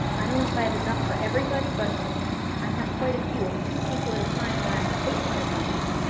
i don't know if i have enough for everybody but i have quite a few, if two people at a time wanna take one of these,